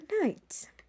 night